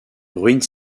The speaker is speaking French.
ruine